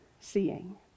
seeing